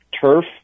turf